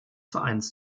vereins